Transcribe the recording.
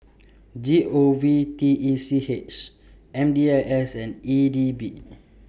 G O V T E C H M D I S and E D B